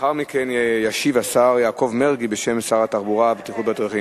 לאחר מכן ישיב השר יעקב מרגי בשם שר התחבורה והבטיחות בדרכים.